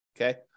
Okay